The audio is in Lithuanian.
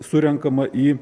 surenkama į